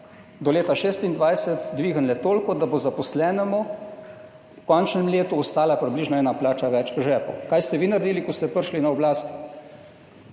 do leta 2026 dvignile toliko, da bo zaposlenemu v končnem letu ostala približno ena plača več v žepu. Kaj ste vi naredili, ko ste prišli na oblast?